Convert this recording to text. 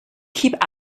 keep